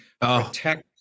protect